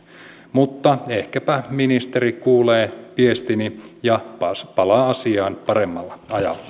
ehkäpä ministeri kuulee viestini ja palaa asiaan paremmalla